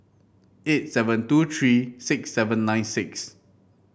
eight seven two three six seven nine six